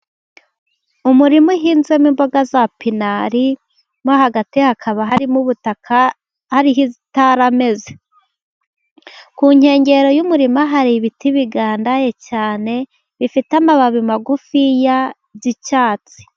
Umurima uhinzemo imboga za pinari mo hagati hakaba harimo ubutaka hariho izitarameze, ku nkengero y'umurima hari ibiti bigandaye cyane bifite amababi magufi by'icyatsi.